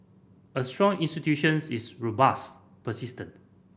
a strong institutions is robust persistent